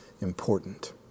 important